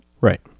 Right